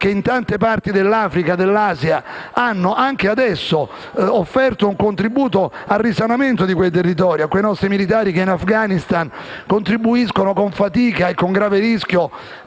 che, in tante parti dell'Africa e dell'Asia, hanno offerto, anche adesso, un contributo al risanamento dei territori. Penso a quei nostri militari che in Afghanistan contribuiscono, con fatica e grave rischio,